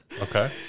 Okay